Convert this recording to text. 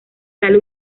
sale